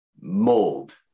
mold